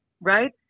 right